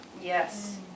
Yes